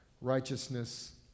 righteousness